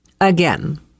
again